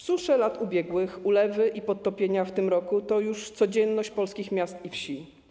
Susze lat ubiegłych, ulewy i podtopienia w tym roku to już codzienność polskich miast i wsi.